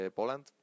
Poland